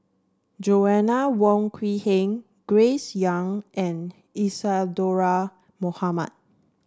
Joanna Wong Quee Heng Grace Young and Isadhora Mohamed